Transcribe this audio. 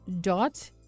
dot